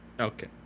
Okay